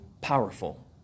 powerful